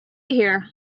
here